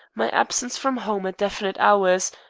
my absence from home at definite hours,